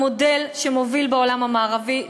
המודל שמוביל בעולם המערבי,